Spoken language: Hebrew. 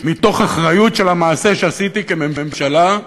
מתוך אחריות למעשה שעשיתי כממשלה,